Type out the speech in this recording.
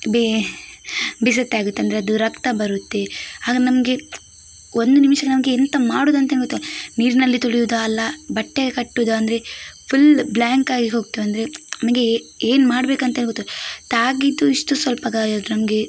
ಬೆ ಬಿಸತ್ತಿ ತಾಗುತ್ತೆ ಅಂದರೆ ಅದು ರಕ್ತ ಬರುತ್ತೆ ಆಗ ನಮಗೆ ಒಂದು ನಿಮಿಷ ನಮಗೆ ಎಂತ ಮಾಡುವುದಂತ ಗೊತ್ತಾಗಿ ನೀರಿನಲ್ಲಿ ತೊಳಿಯುವುದಾ ಅಲ್ಲ ಬಟ್ಟೆ ಕಟ್ಟುವುದಾ ಅಂದರೆ ಫುಲ್ ಬ್ಲ್ಯಾಂಕಾಗಿ ಹೋಗ್ತೇವೆಂದರೆ ನನಗೆ ಏನು ಮಾಡಬೇಕಂತ ಗೊತ್ತಾಗಿ ತಾಗಿದ್ದು ಇಷ್ಟು ಸ್ವಲ್ಪ ಗಾಯ ಆದರು ನಮಗೆ